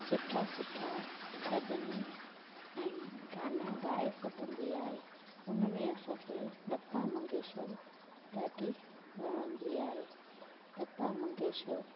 सुठा सुठा भॼन ऐं गाना ॻाए सघंदी आहे हुन में असांखे लता मंगेश्कर ॾाढी वणंदी आहे लता मंगेश्कर